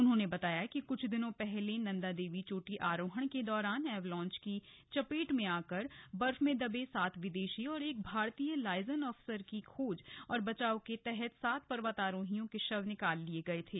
उन्होंने बताया कि कुछ दिनों पहले नंदा देवी चोटी आरोहण के दौरान एवलांच की चपेट में आकर बर्फ में दबे सात विदेशी और एक भारतीय लाइजन अफसर की खोज और बचाव के तहत सात पर्वतारोहियों के शव निकाल लिए गए थे